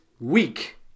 week